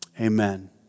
Amen